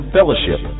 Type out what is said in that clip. Fellowship